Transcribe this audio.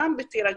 גם בטירה,